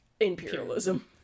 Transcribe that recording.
Imperialism